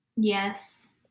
Yes